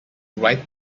ride